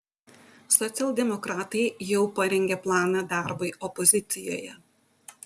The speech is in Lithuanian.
socialdemokratai jau parengė planą darbui opozicijoje